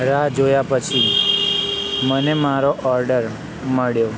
રાહ જોયા પછી મને મારો ઓર્ડર મળ્યો